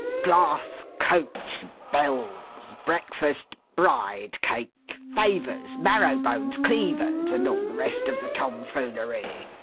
glass-coach, bells, breakfast, bride-cake, favours, marrow-bones, cleavers, and all the rest of the tom-foolery.